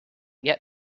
yet